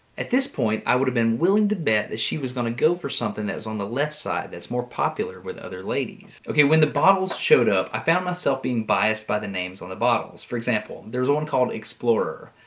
at this point, i would have been willing to bet that she was gonna go for something on the left side, that's more popular with other ladies. ok when the bottles showed up, i found myself being biased by the names on the bottles. for example, there was one called explorer.